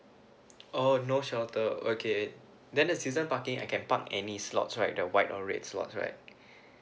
oh no shelter okay then the season parking I can park any slots right the white or red slots right